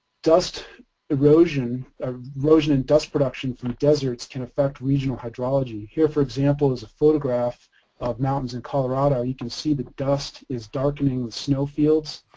dust erosion, ah erosion and dust production from the deserts can affect regional hydrology. here for example is a photograph of mountains in colorado. you can see the dust is darkening the snowfields.